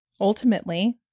ultimately